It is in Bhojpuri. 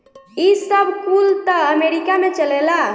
ई सब कुल त अमेरीका में चलेला